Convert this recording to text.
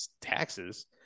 taxes